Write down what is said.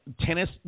tennis